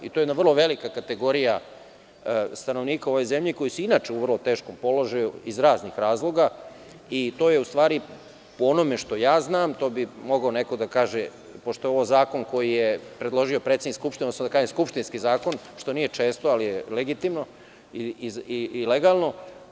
To je jedna vrlo velika kategorija stanovnika u ovoj zemlji koji su inače u vrlo teškom položaju iz raznih razloga i to je, u stvari, po onome što ja znam, mogao bi neko da kaže pošto je ovo zakon koji je predložio predsednik Skupštine, odnosno da kažem skupštinski zakon, što nije često ali je legitimno i legalno.